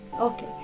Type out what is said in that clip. Okay